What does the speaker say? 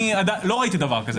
אני לא ראיתי דבר כזה.